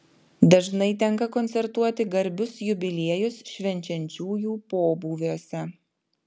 dažnai tenka koncertuoti garbius jubiliejus švenčiančiųjų pobūviuose